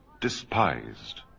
despised